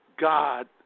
God